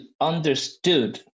understood